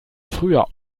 früher